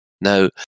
Now